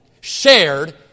shared